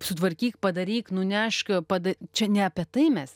sutvarkyk padaryk nunešk pada čia ne apie tai mes